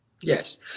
Yes